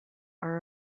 are